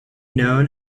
known